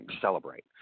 celebrate